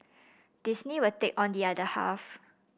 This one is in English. Disney will take on the other half